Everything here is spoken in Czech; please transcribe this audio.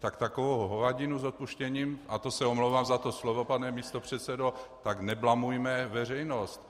Tak takovou hovadinu, s odpuštěním, a to se omlouvám za to slovo, pane místopředsedo, tak neblamujme veřejnost.